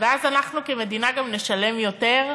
ואז אנחנו כמדינה נשלם יותר,